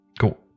cool